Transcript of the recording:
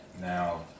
Now